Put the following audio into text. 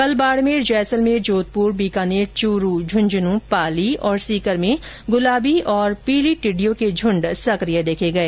कल बाड़मेर जैसलमेर जोधपुर बीकानेर चूरू झुंझुनूं पाली और सीकर में गुलाबी और पीले टिड्डों के झुंड सकिय देखे गए